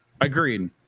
Agreed